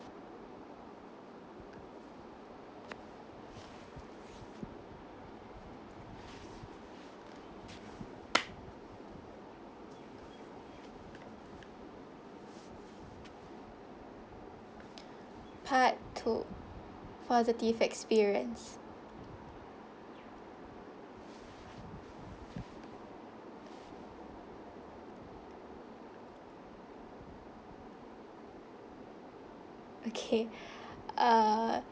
part two positive experience okay uh